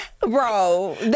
Bro